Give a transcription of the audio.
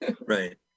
Right